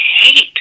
hate